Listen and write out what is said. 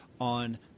on